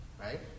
right